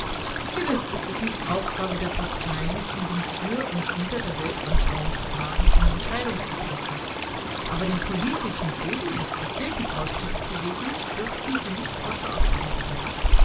gewiß ist es nicht aufgabe der parteien in dem für und wider der weltanschauungsfragen eine entscheidung zu treffen aber den politischen bodensatz der kirchenaustrittsbewegung dürften sie nicht außer acht lassen